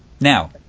Now